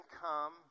come